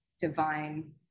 divine